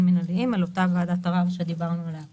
מינהליים על ועדת הערר שדיברנו עליה קודם.